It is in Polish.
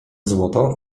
złoto